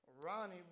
Ronnie